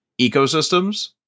ecosystems